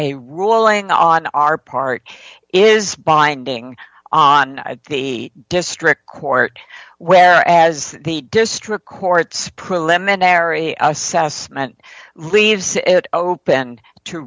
a ruling on our part is binding on the district court where as the district court's preliminary assessment leaves it open to